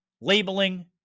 labeling